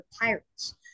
Pirates